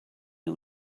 nhw